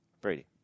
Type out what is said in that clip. Brady